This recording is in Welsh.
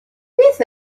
beth